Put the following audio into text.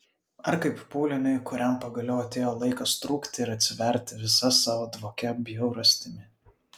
ar kaip pūliniui kuriam pagaliau atėjo laikas trūkti ir atsiverti visa savo dvokia bjaurastimi